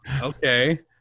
okay